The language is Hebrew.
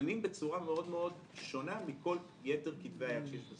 מסומנים בצורה מאוד מאוד שונה מכל יתר כתבי היד.